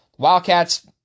Wildcats